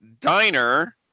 Diner